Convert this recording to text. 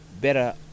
better